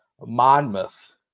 Monmouth